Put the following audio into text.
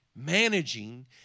Managing